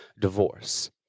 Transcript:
divorce